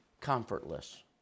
comfortless